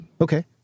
Okay